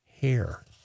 hair